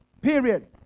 Period